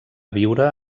viure